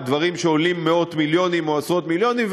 דברים שעולים מאות מיליונים או עשרות מיליונים.